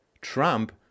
Trump